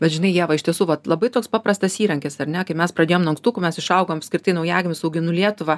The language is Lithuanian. bet žinai ieva iš tiesų vat labai toks paprastas įrankis ar ne kai mes pradėjom nuo ankstukų mes išaugom apskritai naujagimius auginu lietuvą